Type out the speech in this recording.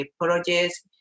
projects